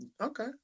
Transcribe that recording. okay